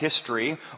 history